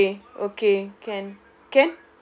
okay okay can